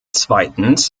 zweitens